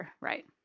right